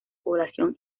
población